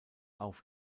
auf